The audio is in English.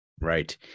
Right